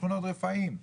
שכונות רפאים,